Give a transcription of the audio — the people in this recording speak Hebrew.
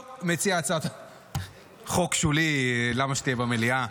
טוב, מציע הצעת החוק שולי, למה שיהיה במליאה?